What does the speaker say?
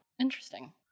Interesting